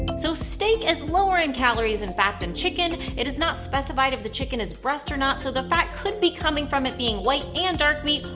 so steak is lower in calories and fat than chicken it is not specified if the chicken is breast or not, so the fat could be coming from it being white and dark meat,